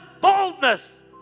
boldness